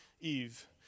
Eve